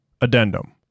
Addendum